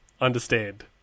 understand